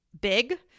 big